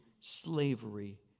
slavery